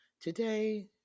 Today